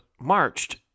marched